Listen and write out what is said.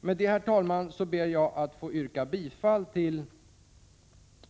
Med det, herr talman, ber jag att få yrka bifall till